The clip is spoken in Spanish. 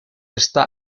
esta